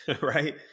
Right